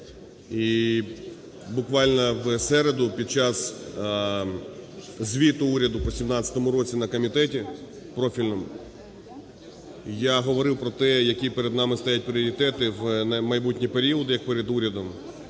І буквально в середу під час звіту уряду по 2017 року на комітеті профільному я говорив про те, які перед нами стоять пріоритети на майбутній період як перед урядом,